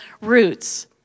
roots